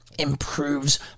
improves